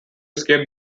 escape